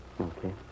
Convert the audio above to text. Okay